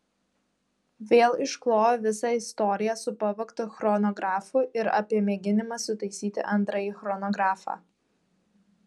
vėl išklojo visą istoriją su pavogtu chronografu ir apie mėginimą sutaisyti antrąjį chronografą